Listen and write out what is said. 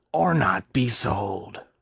or not be sold.